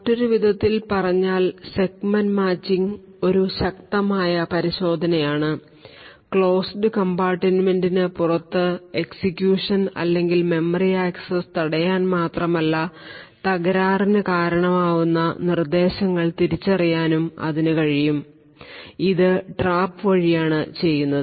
മറ്റൊരു വിധത്തിൽ പറഞ്ഞാൽ സെഗ്മെന്റ് മാച്ചിംഗ് ഒരു ശക്തമായ പരിശോധനയാണ് ക്ലോസ്ഡ് കമ്പാർട്ടുമെന്റിനു പുറത്ത് എക്സിക്യൂഷൻ അല്ലെങ്കിൽ മെമ്മറി ആക്സസ് തടയാൻ മാത്രമല്ല തകരാറിന് കാരണമാകുന്ന നിർദ്ദേശങ്ങൾ തിരിച്ചറിയാനും ഇതിന് കഴിയും ഇത് ട്രാപ് വഴിയാണ് ചെയ്യുന്നത്